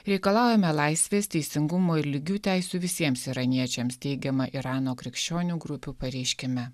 reikalaujame laisvės teisingumo ir lygių teisių visiems iraniečiams teigiama irano krikščionių grupių pareiškime